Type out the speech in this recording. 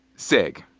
seg.